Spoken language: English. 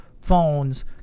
phones